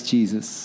Jesus